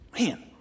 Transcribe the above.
Man